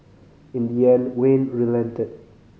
in the end Wayne relented